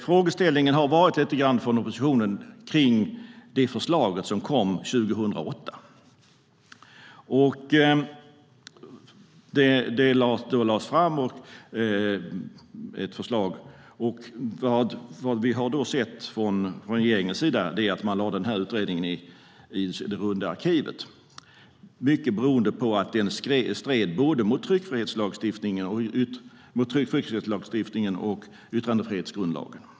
Frågeställningen från oppositionen har rört sig lite grann kring det utredningsförslag som lades fram 2008. Det vi har sett från regeringens sida är att man lade den här utredningen i runda arkivet, mycket beroende på att förslaget stred både mot tryckfrihetslagstiftningen och mot yttrandefrihetsgrundlagen.